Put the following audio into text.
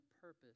purpose